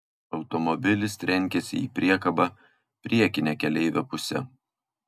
automobilis trenkėsi į priekabą priekine keleivio puse